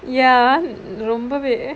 ya ரொம்பவே:rombavae